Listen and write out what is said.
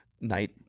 night